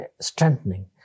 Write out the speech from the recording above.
strengthening